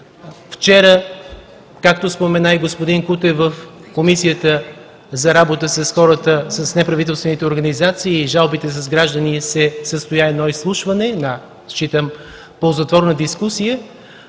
Вчера, както спомена и господин Кутев, в Комисията по взаимодействието с неправителствените организации и жалбите на гражданите се състоя изслушване, ползотворна дискусия